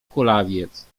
kulawiec